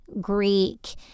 Greek